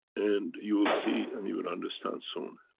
and you will see and you will understand soon.